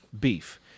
beef